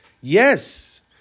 Yes